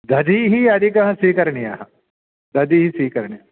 दधि अधिकं स्वीकरणीयं दधि स्वीकरणीयं